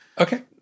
Okay